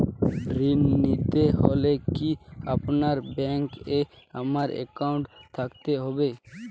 ঋণ নিতে হলে কি আপনার ব্যাংক এ আমার অ্যাকাউন্ট থাকতে হবে?